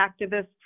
activists